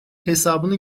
hesabını